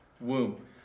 womb